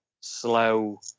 slow